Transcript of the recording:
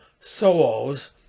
souls